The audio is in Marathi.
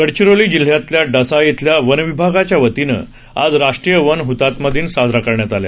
गडचिरोली जिल्ह्यातल्या डसा इथल्या वनविभागाच्या वतीनं आज राष्ट्रीय वन हतात्मा दिन साजरा करण्यात आला